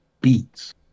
beats